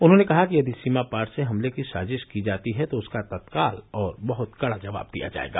उन्होंने कहा कि यदि सीमा पार से हमले की साजिश की जाती है तो उसका तत्काल और बहुत कड़ा जवाब दिया जायेगा